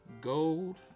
Gold